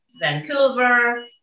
Vancouver